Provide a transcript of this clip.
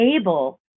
able